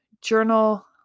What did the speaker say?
journal